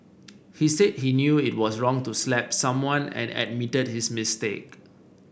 he said he knew it was wrong to slap someone and admitted his mistake